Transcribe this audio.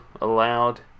allowed